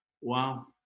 wow